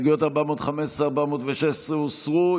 הסתייגויות 415, 416, הוסרו.